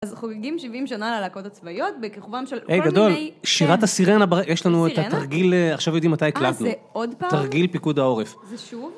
אז חוגגים 70 שנה ללהקות הצבאיות בכיכובן של כל מיני... היי גדול, שירת הסירנה ברקע... יש לנו את התרגיל עכשיו יודעים מתי הקלטנו אה זה עוד פעם? תרגיל פיקוד העורף זה שוב?